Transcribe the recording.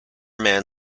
man